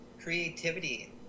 Creativity